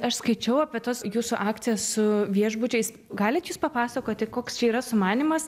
aš skaičiau apie tas jūsų akcijas su viešbučiais galit jūs papasakoti koks čia yra sumanymas